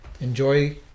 enjoy